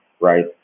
right